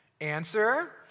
Answer